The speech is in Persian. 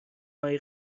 های